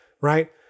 Right